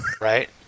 right